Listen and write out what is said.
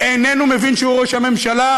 איננו מבין שהוא ראש הממשלה.